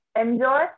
enjoy